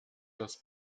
das